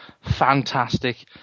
fantastic